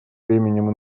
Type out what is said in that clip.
бременем